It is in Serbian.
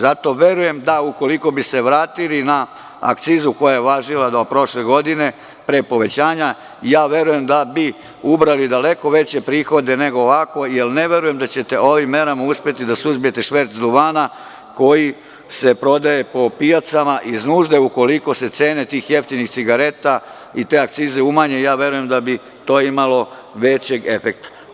Zato verujem da ukoliko bi se vratili na akcizu koja je važila do prošle godine pre povećanja, ja varujem da bi ubrali daleko veće prihode nego ovako, jer ne verujem da ćete ovim merama uspeti da suzbijete šverc duvana, koji se prodaje po pijacama iz nužde, ukoliko se cene tih jeftinih cigareta i te akcize umanje, a ja verujem da bi to imalo većeg efekta.